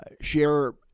share